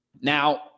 Now